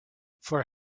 for